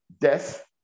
death